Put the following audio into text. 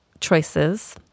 choices